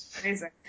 amazing